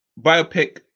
biopic